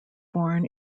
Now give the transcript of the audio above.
born